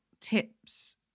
tips